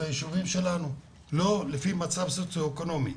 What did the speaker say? לא לפי מצב סוציו-אקונומי,